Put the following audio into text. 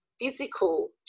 physical